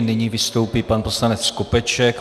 Nyní vystoupí pan poslanec Skopeček.